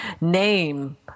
name